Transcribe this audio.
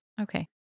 Okay